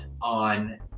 on